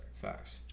Facts